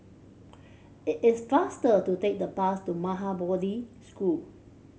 it is faster to take the bus to Maha Bodhi School